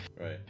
Right